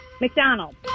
McDonald